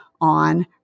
on